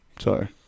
Sorry